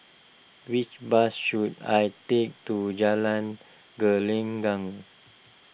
which bus should I take to Jalan Gelenggang